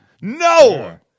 No